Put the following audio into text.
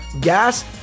gas